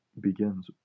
begins